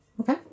Okay